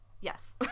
yes